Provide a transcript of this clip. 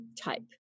type